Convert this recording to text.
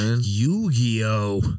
Yu-Gi-Oh